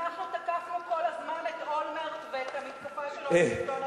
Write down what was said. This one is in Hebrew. אנחנו תקפנו כל הזמן את אולמרט ואת המתקפה שלו על שלטון החוק,